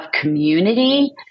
community